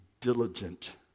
diligent